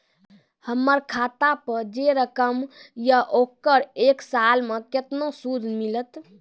हमर खाता पे जे रकम या ओकर एक साल मे केतना सूद मिलत?